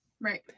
Right